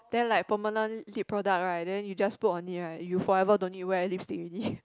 then like permanent lip product right then you just put on it right you forever don't need to wear lipstick already